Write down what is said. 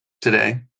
today